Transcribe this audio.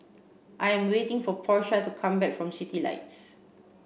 I am waiting for Portia to come back from Citylights